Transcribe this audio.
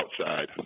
outside